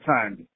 time